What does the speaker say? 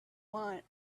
want